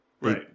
Right